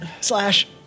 Slash